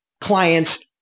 clients